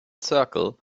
circle